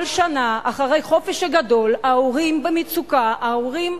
כל שנה אחרי החופש הגדול ההורים במצוקה, ההורים,